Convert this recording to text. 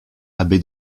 abbé